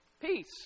Peace